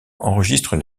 enregistrent